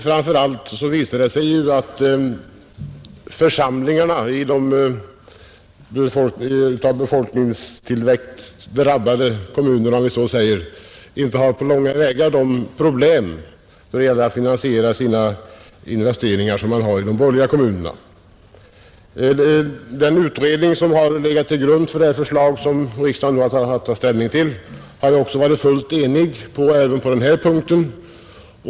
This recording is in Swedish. Framför allt visar det sig ju att församlingarna i kommuner med stark befolkningstillväxt inte har på långa vägar de problem då det gäller att finansiera sina investeringar som man har i de borgerliga kommunerna, Den utredning som legat till grund för det förslag riksdagen haft att ta ställning till har också varit fullt enig på denna punkt.